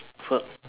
food